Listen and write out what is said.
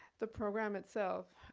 the program itself,